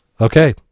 Okay